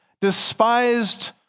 despised